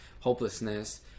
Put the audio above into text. hopelessness